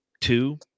two